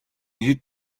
хэд